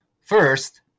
First